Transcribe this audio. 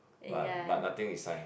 but but nothing is sign ah